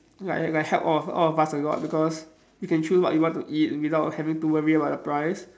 like like help all all of us a lot because you can choose what you want to eat without having to worrying about the price